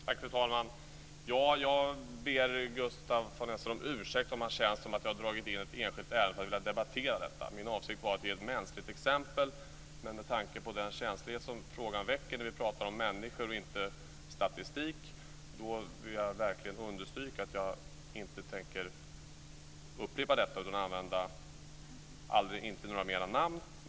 Fru talman! Jag ber Gustaf von Essen om ursäkt om det känns som om jag har dragit in ett enskilt ärende för att jag har velat debattera detta. Min avsikt var att ge ett mänskligt exempel, men med tanke på den känslighet som frågan väcker när vi pratar om människor och inte statistik vill jag gärna understryka att jag inte tänker upprepa detta och inte använda några namn.